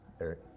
Eric